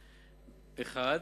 אחד,